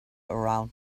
around